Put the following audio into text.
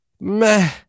meh